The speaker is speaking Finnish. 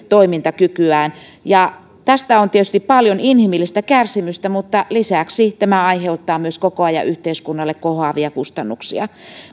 toimintakykyään tästä on tietysti paljon inhimillistä kärsimystä mutta lisäksi tämä aiheuttaa yhteiskunnalle koko ajan kohoavia kustannuksia